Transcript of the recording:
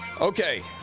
Okay